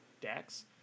decks